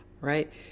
right